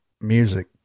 music